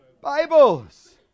Bibles